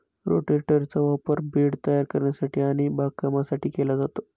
रोटेटरचा वापर बेड तयार करण्यासाठी आणि बागकामासाठी केला जातो